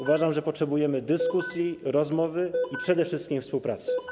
Uważam, że potrzebujemy dyskusji, rozmowy i przede wszystkim współpracy.